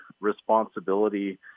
responsibility